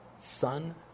son